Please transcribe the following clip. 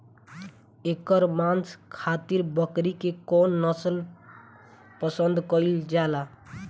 एकर मांस खातिर बकरी के कौन नस्ल पसंद कईल जाले?